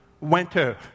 winter